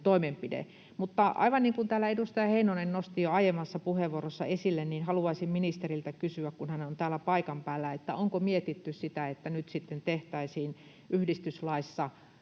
toimenpide. Mutta aivan niin kuin jo edustaja Heinonen nosti puheenvuorossaan esille, haluaisin ministeriltä kysyä, kun hän on täällä paikan päällä, onko mietitty sitä, että nyt sitten tehtäisiin yhdistyslakiin